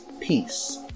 Peace